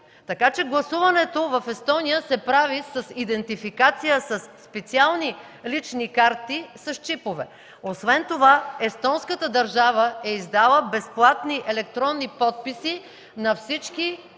Така че гласуването в Естония се прави с идентификация, със специални лични карти с чипове. Освен това, естонската държава е издала безплатни електронни подписи на всички